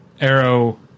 Arrow